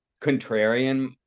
contrarian